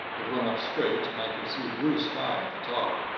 it went up straight, and i could see blue sky at the top.